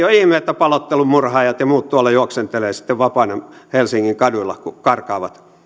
ole ihme että paloittelumurhaajat ja muut tuolla juoksentelevat sitten vapaina helsingin kaduilla kun karkaavat